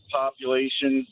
population